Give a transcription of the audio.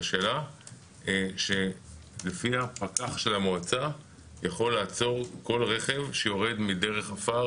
שלה שלפיו פקח של המועצה יכול לעצור כל רכב שיורד מדרך עפר